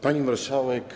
Pani Marszałek!